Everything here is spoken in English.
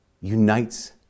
unites